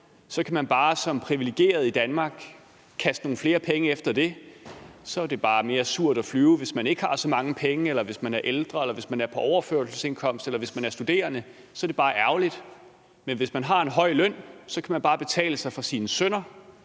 Så kan man bare som privilegeret i Danmark kaste nogle flere penge efter det. Hvis man ikke har så mange penge, eller hvis man er ældre, eller hvis man er på overførselsindkomst, eller hvis man er studerende, så er det bare surt og ærgerligt. Men hvis man har en høj løn, kan man bare betale sig fra sine synder,